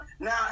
Now